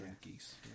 geese